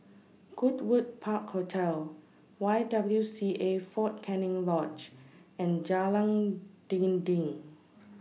Goodwood Park Hotel Y W C A Fort Canning Lodge and Jalan Dinding